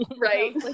right